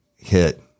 hit